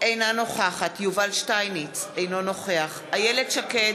אינה נוכחת יובל שטייניץ, אינו נוכח איילת שקד,